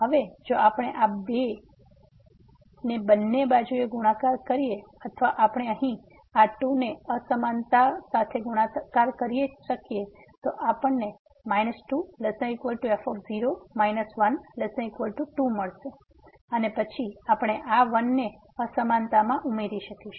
હવે જો આપણે આ 2 ને બંને બાજુએ ગુણાકાર કરીએ અથવા આપણે અહીં આ 2 ને અસમાનતા સાથે ગુણાકાર કરી શકીએ તો આપણને 2≤f0 1≤2 મળશે અને પછી આપણે આ 1 ને અસમાનતામાં ઉમેરી શકીશું